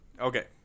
okay